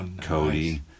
Cody